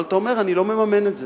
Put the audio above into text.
אבל אתה אומר: אני לא מממן את זה.